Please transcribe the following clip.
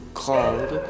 called